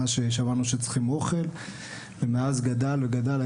ששמענו שצריכים אוכל ומאז גדל וגדל,